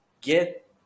get